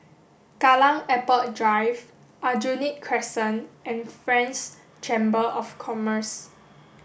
Kallang Airport Drive Aljunied Crescent and France Chamber of Commerce